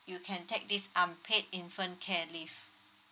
you can take this unpaid infant care leave